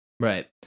Right